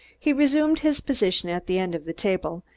he resumed his position at the end of the table,